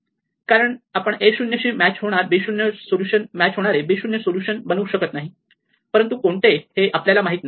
कारण आपण a 0 शी मॅच होणार b 0 सोल्यूशन बनवू शकत नाही परंतु कोणते हे आपल्याला माहित नाही